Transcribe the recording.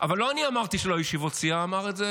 אבל לא אני אמרתי שלא היו ישיבות סיעה, אמר את זה